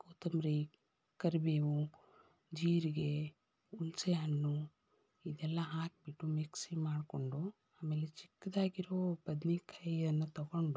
ಕೊತ್ತಂಬ್ರಿ ಕರಿಬೇವು ಜೀರಿಗೆ ಹುಣ್ಸೆಹಣ್ಣು ಇದೆಲ್ಲ ಹಾಕಿಬಿಟ್ಟು ಮಿಕ್ಸಿ ಮಾಡಿಕೊಂಡು ಆಮೇಲೆ ಚಿಕ್ಕದಾಗಿರೋ ಬದ್ನೆಕಾಯಿಯನ್ನು ತೊಗೊಂಡು